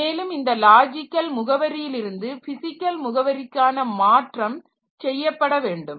மேலும் இந்த லாஜிக்கல் முகவரியிலிருந்து பிசிக்கல் முகவரிக்கான மாற்றம் செய்யப்பட வேண்டும்